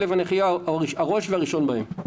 כלב הנחייה הוא הראש והראשון בהם.